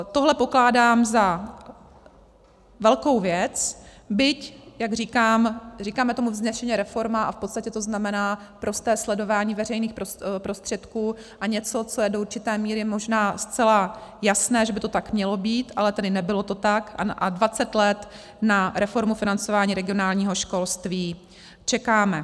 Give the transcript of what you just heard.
Tohle pokládám za velkou věc, byť, jak říkám, říkáme tomu vznešeně reforma a v podstatě to znamená prosté sledování veřejných prostředků a něco, co je do určité míry možná zcela jasné, že by to tak mělo být, ale nebylo to tak a dvacet let na reformu financování regionálního školství čekáme.